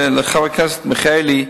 לחבר הכנסת מיכאלי,